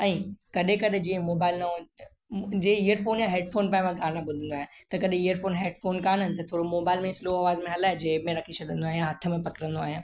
ऐं कॾहिं कॾहिं जीअं मोबाइल न हूंदो जे इयर फ़ोन या हेड फ़ोन पाए मां गाना ॿुधंदो आहियां त कॾहिं इयर फ़ोन हेड फ़ोन कोन्ह आहिनि त थोड़ो मोबाइल में ई स्लो आवाज़ में हलाए जेब में रखी छॾंदो आहियां हथ में पकिड़ींदो आहियां